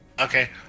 Okay